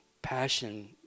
Passion